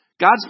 God's